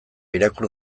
irakur